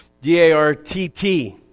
D-A-R-T-T